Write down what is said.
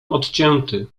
odcięty